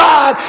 God